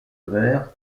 verre